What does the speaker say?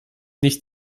nicht